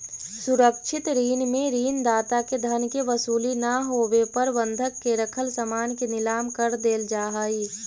सुरक्षित ऋण में ऋण दाता के धन के वसूली ना होवे पर बंधक के रखल सामान के नीलाम कर देल जा हइ